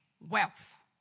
wealth